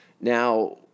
Now